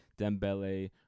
Dembele